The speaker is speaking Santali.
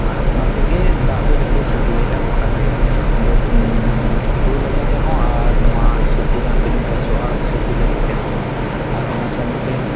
ᱟᱨ ᱚᱱᱟ ᱛᱮᱜᱮ ᱫᱟᱜ ᱫᱚ ᱡᱚᱛᱚᱭ ᱥᱟᱹᱯᱞᱟᱹᱭᱚᱜᱼᱟ ᱜᱳᱴᱟ ᱜᱮ ᱵᱟᱹᱫᱽ ᱦᱳᱲᱳ ᱞᱟᱹᱜᱤᱫ ᱛᱮᱦᱚᱸ ᱟᱨ ᱱᱚᱣᱟ ᱥᱚᱵᱽᱡᱤ ᱡᱟᱦᱟᱸ ᱛᱤᱱᱟᱹᱜ ᱪᱟᱥᱚᱜᱼᱟ ᱥᱚᱵᱽᱡᱤ ᱞᱟᱹᱜᱤᱫ ᱛᱮᱦᱚᱸ ᱟᱨ ᱚᱱᱟ ᱥᱟᱶᱛᱮ